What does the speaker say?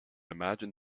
imagine